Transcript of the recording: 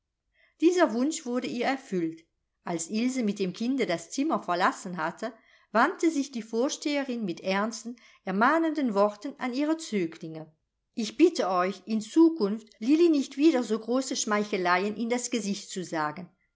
dieser wunsch wurde ihr erfüllt als ilse mit dem kinde das zimmer verlassen hatte wandte sich die vorsteherin mit ernsten ermahnenden worten an ihre zöglinge ich bitte euch in zukunft lilli nicht wieder so große schmeicheleien in das gesicht zu sagen